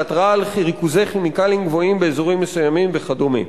להתרעה על ריכוזי כימיקלים גבוהים באזורים מסוימים וכדומה.